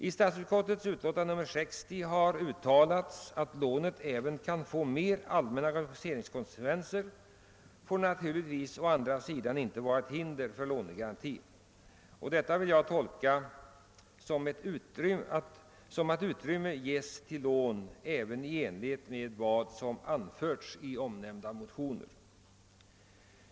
I statsutskottets utlåtande nr 60 står det: »Att lånet även kan få mer allmänna rationaliseringskonsekvenser får naturligtvis å andra sidan inte vara ett hinder för lånegaranti.« Detta vill jag tolka som att utrymme ges till lån även i enlighet med vad som anförts i de nyssnämnda motionerna.